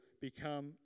become